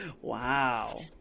Wow